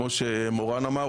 כמו שמורן אמר,